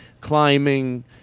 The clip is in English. climbing